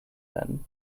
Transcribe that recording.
then